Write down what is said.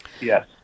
yes